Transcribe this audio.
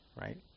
right